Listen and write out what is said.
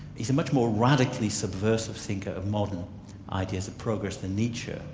he's a much more radically subversive thinker of modern ideas of progress than nietzsche.